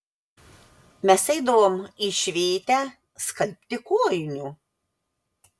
mes eidavom į švėtę skalbti kojinių